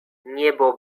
niebo